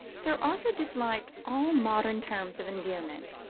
sir arthur disliked all modern terms of endearment.